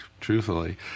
truthfully